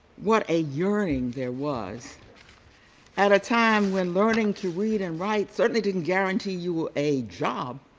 what a yearning there was at a time when learning to read and write certainly didn't guarantee you a job.